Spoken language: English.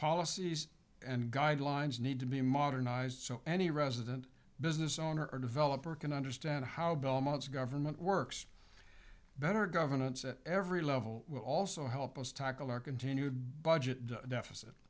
policies and guidelines need to be modernized so any resident business owner or developer can understand how belmont's government works better governance at every level will also help us tackle our continued budget deficit